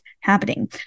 happening